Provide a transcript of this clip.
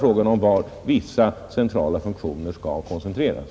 Frågan gäller var vissa centrala funktioner skall koncentreras.